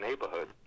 neighborhood